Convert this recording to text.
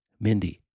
Mindy